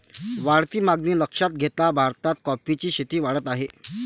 वाढती मागणी लक्षात घेता भारतात कॉफीची शेती वाढत आहे